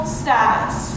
status